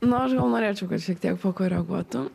nu aš gal norėčiau kad šiek tiek pakoreguotų